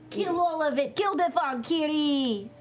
kill all of it. kill the fog, kiri.